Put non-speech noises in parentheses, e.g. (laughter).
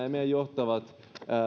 (unintelligible) ja meidän johtavat